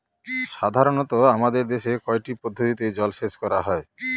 সাধারনত আমাদের দেশে কয়টি পদ্ধতিতে জলসেচ করা হয়?